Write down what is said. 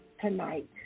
tonight